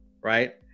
right